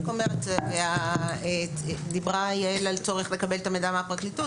יעל דיברה על צורך לקבל את המידע מהפרקליטות.